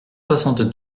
soixante